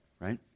right